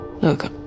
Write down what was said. Look